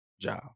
job